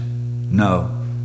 no